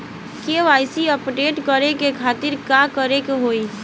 KYC update करे के खातिर का करे के होई?